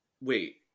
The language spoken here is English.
Wait